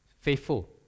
faithful